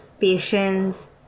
patience